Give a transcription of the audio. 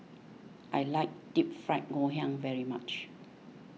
I like Deep Fried Ngoh Hiang very much